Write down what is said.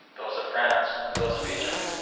those of france, and those of egypt,